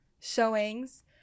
showings